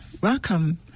welcome